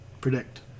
Predict